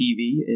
TV